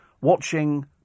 watching